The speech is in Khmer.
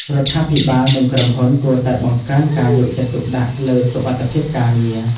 រដ្ឋាភិបាលនិងក្រុមហ៊ុនគួរតែបង្កើនការយកចិត្តទុកដាក់លើសុវត្ថិភាពការងារ។